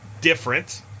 different